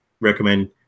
recommend